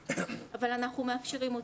אבל אנחנו מאפשרים אותם.